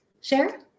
share